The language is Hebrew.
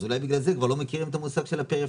אז אולי בגלל זה כבר לא מכירים את המושג פריפריה.